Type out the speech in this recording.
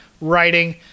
writing